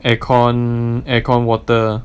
air con air con water